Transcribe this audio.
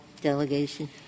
delegation